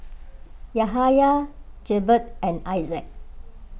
Yahaya Jebat and Aizat